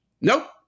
Nope